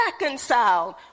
reconciled